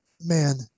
man